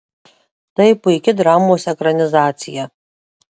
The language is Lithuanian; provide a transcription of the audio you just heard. tai puiki dramos ekranizacija